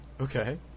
Okay